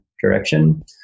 direction